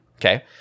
okay